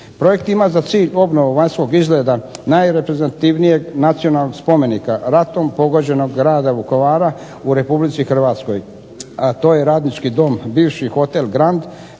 Projekt za ima za cilj obnovu vanjskog izgleda najreprezentativnijeg nacionalnog spomenika ratom pogođenog grada Vukovara u Republici Hrvatskoj, a to je radnički dom, bivši hotel Grand,